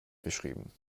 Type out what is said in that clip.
geschrieben